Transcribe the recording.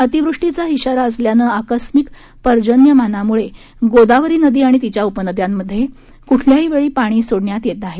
अतीवृष्टीचा शिवरा असल्यानं आकस्मिक पर्जन्यमानामुळे गोदावरी नदी आणि तिच्या उपनद्यांमधे कोणत्याही वेळी पाणी सोडण्यात येत आहे